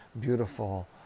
beautiful